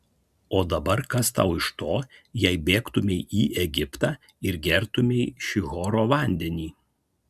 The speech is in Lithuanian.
o dabar kas tau iš to jei bėgtumei į egiptą ir gertumei šihoro vandenį